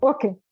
Okay